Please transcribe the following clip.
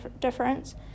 difference